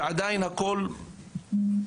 ועדיין הכול חשוך.